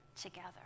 together